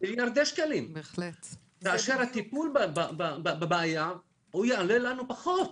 מיליארדי שקלים, כאשר הטיפול בבעיה יעלה לנו פחות.